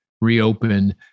reopen